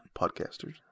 Podcasters